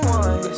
one